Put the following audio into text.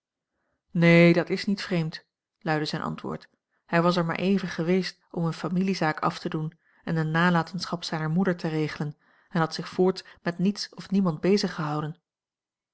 neen dat is niet vreemd luidde zijn antwoord hij was er maar even geweest om eene familiezaak af te doen en de nalatenschap zijner moeder te regelen en had zich voorts met niets of niemand